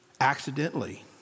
accidentally